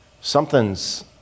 something's